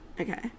Okay